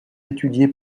étudié